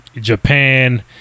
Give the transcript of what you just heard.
Japan